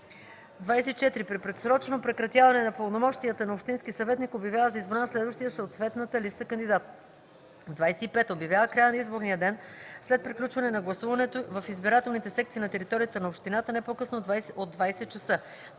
24. при предсрочно прекратяване на пълномощията на общински съветник обявява за избран следващия в съответната листа кандидат; 25. обявява края на изборния ден след приключване на гласуването в избирателните секции на територията на общината не по-късно от 20,00 часа;